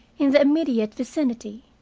in the immediate vicinity.